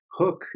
hook